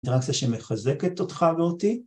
אינטראקציה שמחזקת אותך ואותי.